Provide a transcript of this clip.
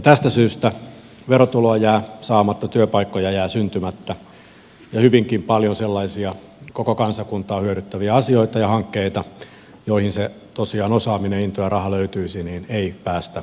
tästä syystä verotuloja jää saamatta työpaikkoja jää syntymättä ja on hyvinkin paljon sellaisia koko kansakuntaa hyödyttäviä asioita ja hankkeita joihin tosiaan se osaaminen into ja raha löytyisivät mutta joita ei päästä tekemään